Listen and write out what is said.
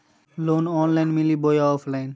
Loan online मिली बोया offline?